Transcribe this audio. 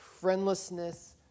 friendlessness